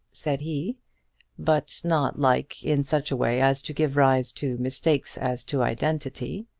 said he but not like in such a way as to give rise to mistakes as to identity.